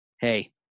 hey